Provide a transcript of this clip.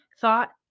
thought